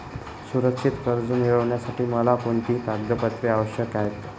सुरक्षित कर्ज मिळविण्यासाठी मला कोणती कागदपत्रे आवश्यक आहेत